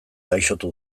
gaixotu